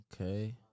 Okay